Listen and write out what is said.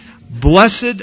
blessed